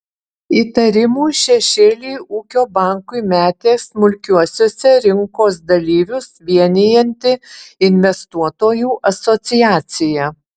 įtarimų šešėlį ūkio bankui metė smulkiuosiuose rinkos dalyvius vienijanti investuotojų asociacija